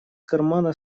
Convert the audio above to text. кармана